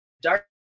dark